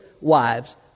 wives